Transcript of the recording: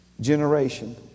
generation